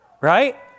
Right